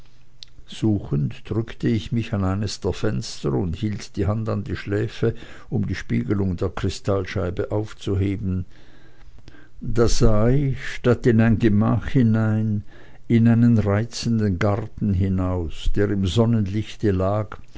suchend drückte ich mich an eines der fenster und hielt die hand an die schläfe um die spiegelung der kristallscheibe aufzuheben da sah ich statt in ein gemach hinein in einen reizenden garten hinaus der im sonnenlichte lag